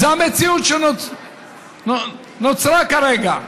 זאת המציאות שנוצרה כרגע.